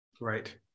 Right